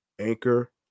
Anchor